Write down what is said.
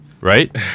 right